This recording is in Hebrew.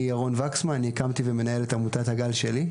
אני הקמתי ומנהל את עמותת "הגל שלי",